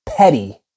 Petty